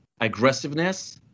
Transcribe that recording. aggressiveness